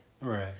right